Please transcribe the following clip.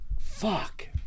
Fuck